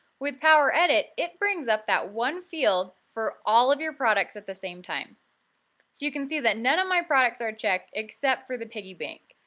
with power edit, it brings up that one field for all of your products at the same time. so you can see that none of my products are checked except the piggy bank.